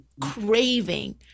craving